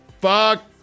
Fuck